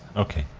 okay.